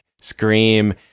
Scream